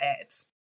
ads